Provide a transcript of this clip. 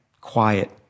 quiet